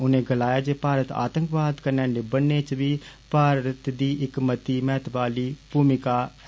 उनें गलाया जे भारत आतंकवाद कन्नै निबड़ने च बी भारत दी इक मती महत्वै आली भूमिका ऐ